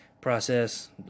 process